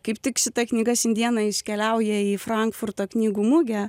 kaip tik šita knyga šiandieną iškeliauja į frankfurto knygų mugę